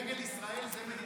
דגל ישראל זה מדינה יהודית?